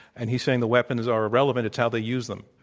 and he's saying the weapons are irrelevant. it's how they use them.